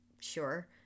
sure